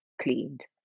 cleaned